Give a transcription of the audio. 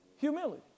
Humility